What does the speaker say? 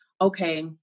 okay